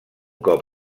cop